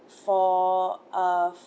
for a